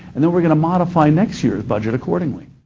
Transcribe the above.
and then we're going to modify next year's budget accordingly.